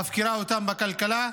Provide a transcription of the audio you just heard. מפקירה אותם בכלכלה,